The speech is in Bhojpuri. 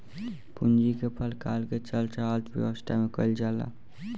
पूंजी के प्रकार के चर्चा अर्थव्यवस्था में कईल जाला